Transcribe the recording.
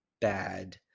bad